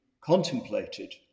contemplated